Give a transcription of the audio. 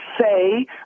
say